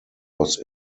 was